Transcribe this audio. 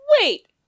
Wait